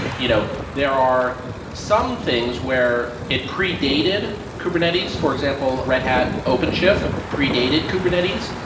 you know there are some things where it predated kubernetes. for example, red hat openshift predated kubernetes.